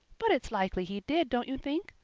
but it's likely he did, don't you think?